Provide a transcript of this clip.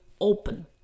open